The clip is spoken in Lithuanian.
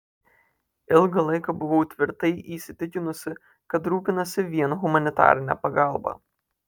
ilgą laiką buvau tvirtai įsitikinusi kad rūpinasi vien humanitarine pagalba